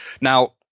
Now